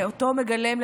ואותו מגלם,